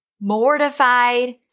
mortified